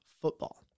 football